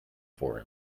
for